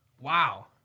Wow